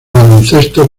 baloncesto